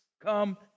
come